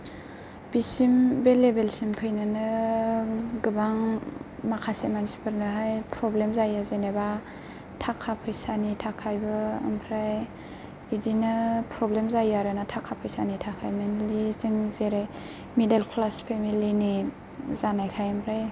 बिसिम बे लेभेलसिम फैनोनो गोबां माखासे मानसिफोरनोहाय प्रब्लेम जायो जेनैबा थाखा फैसानि थाखायबो ओमफ्राय बिदिनो प्रब्लेम जायो आरोना थाखा फैसानि थाखाय मेनलि जों जेरै मिडिल क्लास पेमिलिनि जानायखाय ओमफ्राय